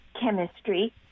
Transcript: chemistry